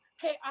hey